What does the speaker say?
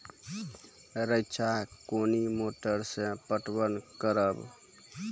रेचा कोनी मोटर सऽ पटवन करव?